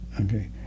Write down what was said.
Okay